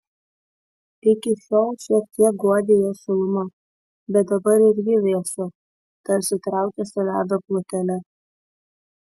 iki šiol šiek tiek guodė jo šiluma bet dabar ir ji vėso tarsi traukėsi ledo plutele